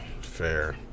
Fair